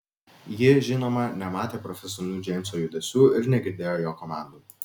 ji žinoma nematė profesionalių džeimso judesių ir negirdėjo jo komandų